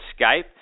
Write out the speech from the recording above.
Skype